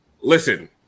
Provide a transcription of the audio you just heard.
Listen